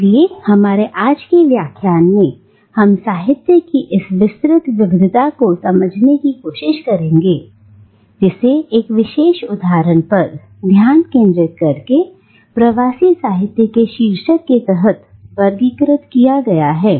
इसलिए हमारे आज के व्याख्यान में हम साहित्य की इस विस्तृत विविधता को समझने की कोशिश करेंगे जिसे एक विशेष उदाहरण पर ध्यान केंद्रित करके प्रवासी साहित्य के शीर्षक के तहत वर्गीकृत किया गया है